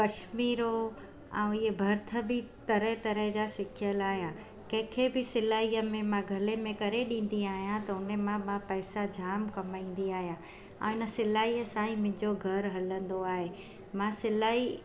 कश्मीरो ऐं इअ भर्थ बि तराहं तराहं जा सिखियल आहियां कंहिंखे बि सिलाईअ में मां घले में करे ॾींदी आहियां त उन्हीअ मां पैसा जाम कमाईंदी आहियां ऐं हिन सिलाईअ सां ई मुंहिंजो घर हलंदो आहे मां सिलाई